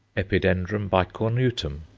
epidendrum bicornutum,